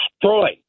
destroyed